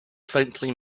faintly